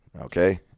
Okay